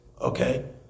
Okay